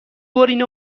برین